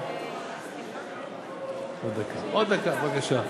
עוד דקה, בבקשה.